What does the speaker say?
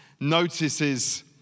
Notices